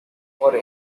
for